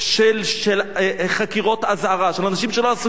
של חקירות אזהרה של אנשים שלא עשו כלום,